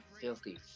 Filthy